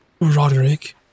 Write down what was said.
Roderick